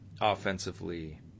offensively